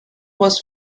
was